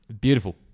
Beautiful